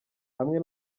hamwe